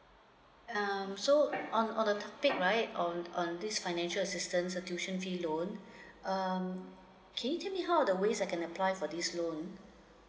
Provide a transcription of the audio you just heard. um so on on the topic right on on this financial assistance's tuition fee loan um can you tell me how are the ways I can apply for this loan